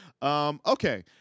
Okay